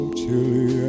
chilly